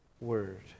word